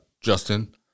Justin